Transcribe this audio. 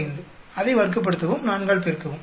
45 அதை வர்க்கப்படுத்தவும் 4 ஆல் பெருக்கவும்